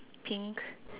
pink